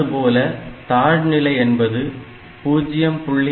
அதுபோல தாழ்நிலை என்பது 0